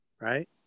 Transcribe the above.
right